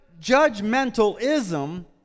judgmentalism